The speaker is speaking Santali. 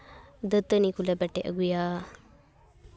ᱫᱟᱹᱛᱟᱹᱱᱤ ᱠᱚᱞᱮ ᱯᱮᱴᱮᱡ ᱟᱹᱜᱩᱭᱟ